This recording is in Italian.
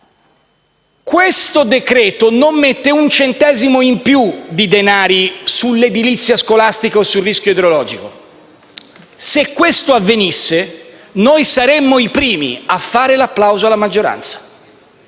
Questo decreto-legge non mette un centesimo in più di denari sull'edilizia scolastica o sul rischio idrogeologico; se questo avvenisse, noi saremmo i primi a fare l'applauso alla maggioranza.